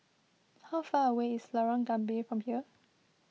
how far away is Lorong Gambir from here